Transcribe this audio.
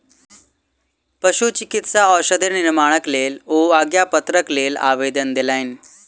पशुचिकित्सा औषधि निर्माणक लेल ओ आज्ञापत्रक लेल आवेदन देलैन